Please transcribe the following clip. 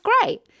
great